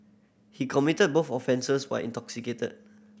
he committed both offences while intoxicated